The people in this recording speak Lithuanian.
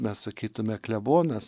mes sakytume klebonas